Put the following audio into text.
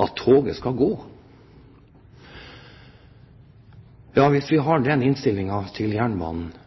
at toget skal gå. Ja, hvis vi har den innstillingen til jernbanen